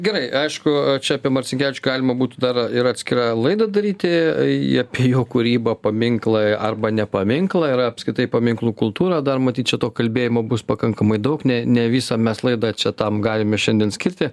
gerai aišku čia apie marcinkevičių galima būtų dar ir atskirą laidą daryti apie jo kūrybą paminklą arba ne paminklą ir apskritai paminklų kultūrą dar matyt čia to kalbėjimo bus pakankamai daug ne ne visą mes laida čia tam galime šiandien skirti